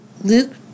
Luke